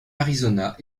arizona